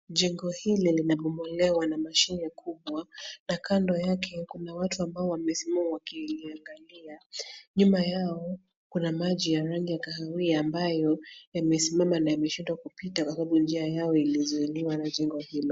Jengo hili limebomolewa na mashine kubwa, na kando yake kuna watu ambao wamesimama wakiiangalia. Nyuma yao kuna maji ya rangi ya kahawia ambayo yamesimama na yameshindwa kupita kwa sababu njia yao ilizuiliwa na jengo hilo.